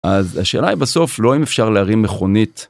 אז השאלה היא בסוף, לא האם אפשר להרים מכונית?